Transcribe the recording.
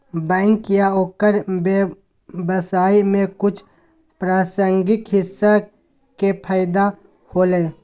bank या ओकर व्यवसाय के कुछ प्रासंगिक हिस्सा के फैदा होलय